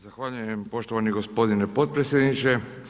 Zahvaljujem poštovani gospodine potpredsjedniče.